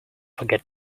forget